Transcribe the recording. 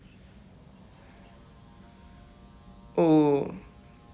oh